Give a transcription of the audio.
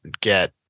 get